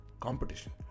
competition